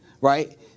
Right